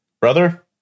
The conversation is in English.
Brother